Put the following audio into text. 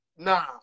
Nah